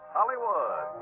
Hollywood